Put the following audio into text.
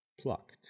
Plucked